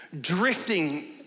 drifting